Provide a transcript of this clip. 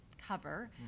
cover